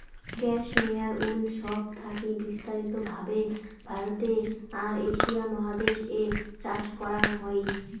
cashmere wool সব থাকি বিস্তারিত ভাবে ভারতে আর এশিয়া মহাদেশ এ চাষ করাং হই